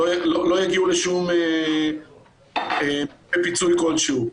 לא יגיעו לפיצוי כלשהו.